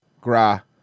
Gra